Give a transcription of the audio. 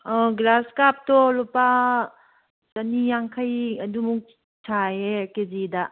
ꯒ꯭ꯔꯥꯁꯀꯞꯇꯣ ꯂꯨꯄꯥ ꯆꯅꯤ ꯌꯥꯡꯈꯩ ꯑꯗꯨꯃꯨꯛ ꯁꯥꯏꯌꯦ ꯀꯦ ꯖꯤꯗ